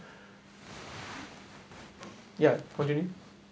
ya continue